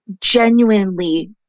genuinely